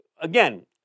Again